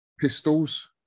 pistols